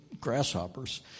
grasshoppers